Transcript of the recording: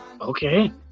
Okay